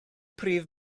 prif